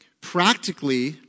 Practically